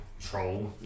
Troll